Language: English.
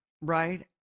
Right